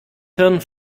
hirn